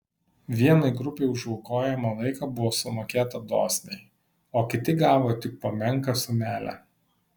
vienai grupei už aukojamą laiką buvo sumokėta dosniai o kiti gavo tik po menką sumelę